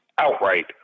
outright